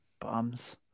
Bums